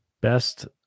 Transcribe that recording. best